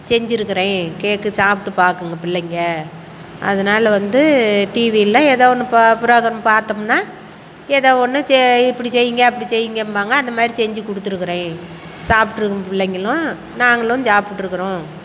செஞ்சிருக்கிறேன் cake சாப்பிட்டு பார்க்குங்க பிள்ளைங்க அதனால வந்து டிவியில் ஏதா ஒன்று பா ப்ரோக்ராம் பார்த்தோம்னா ஏதா ஒன்று சே இப்படி செய்ங்க அப்படி செய்ங்கம்பாங்க அந்த மாதிரி செஞ்சு கொடுத்துருக்குறேன் சாப்பிட்ருங்க பிள்ளைங்களும் நாங்களும் சாப்பிட்ருக்குறோம்